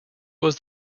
was